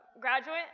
graduate